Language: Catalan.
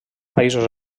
països